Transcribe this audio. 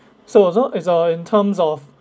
so as long as uh in terms of